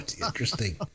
interesting